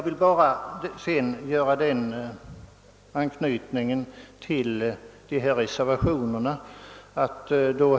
Beträffande dessa reservationer vill jag göra några kommentarer.